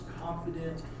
confident